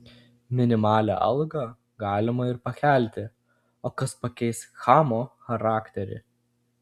minimalią algą galima ir pakelti o kas pakeis chamo charakterį